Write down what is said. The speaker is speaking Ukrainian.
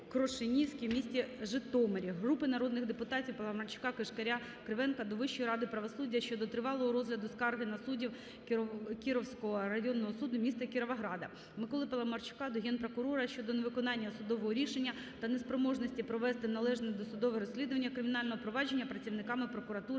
Крошенській у місті Житомирі. Групи народних депутатів (Паламарчука, Кишкаря, Кривенка) до Вищої ради правосуддя щодо тривалого розгляду скарги на суддів Кіровського районного суду міста Кіровограда. Миколи Паламарчука до Генпрокурора щодо невиконання судового рішення та неспроможності провести належне досудове розслідування кримінального провадження працівниками Прокуратури